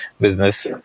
business